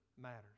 matters